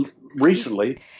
recently